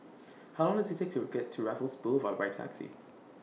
How Long Does IT Take to get to Raffles Boulevard By Taxi